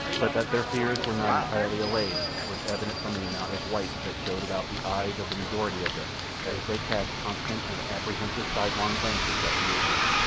but that their fears were not entirely allayed was evident from the amount of white that showed about the eyes of the majority of them as they cast constant and apprehensive sidelong glances at the ape-man.